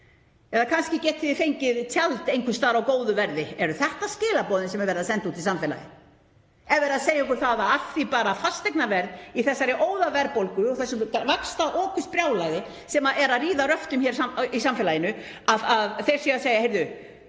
eða kannski getið þið fengið tjald einhvers staðar á góðu verði. Eru þetta skilaboðin sem er verið að senda út í samfélagið? Er verið að segja okkur að af því bara fasteignaverð í þessari óðaverðbólgu og þessu vaxtaokursbrjálæði sem er að ríða röftum í samfélaginu, að þeir séu að segja: Heyrðu,